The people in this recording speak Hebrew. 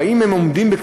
ואם הם עומדים,